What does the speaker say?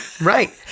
right